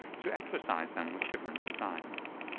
to exercise them with different designs.